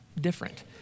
different